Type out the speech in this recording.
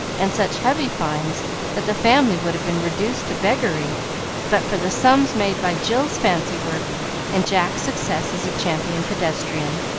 and such heavy fines that the family would have been reduced to beggary but for the sums made by jill's fancy work and jack's success as a champion pedestrian.